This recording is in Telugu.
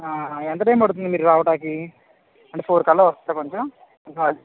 ఎంత టైమ్ పడుతుంది మీరు రావడానికి అంటే ఫోర్ కల్లా వస్తారా కొంచెం